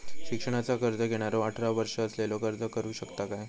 शिक्षणाचा कर्ज घेणारो अठरा वर्ष असलेलो अर्ज करू शकता काय?